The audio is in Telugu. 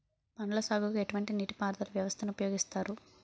పండ్ల సాగుకు ఎటువంటి నీటి పారుదల వ్యవస్థను ఉపయోగిస్తారు?